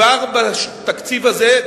כבר בתקציב הזה,